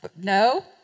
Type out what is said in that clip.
No